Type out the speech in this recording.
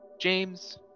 James